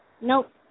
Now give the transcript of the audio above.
Nope